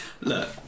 Look